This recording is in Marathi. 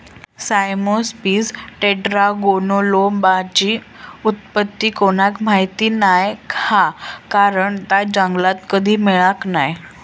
साइमोप्सिस टेट्रागोनोलोबाची उत्पत्ती कोणाक माहीत नाय हा कारण ता जंगलात कधी मिळाक नाय